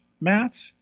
Matt